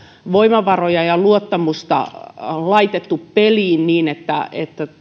voimavaroja ja luottamusta laitettu peliin niin että että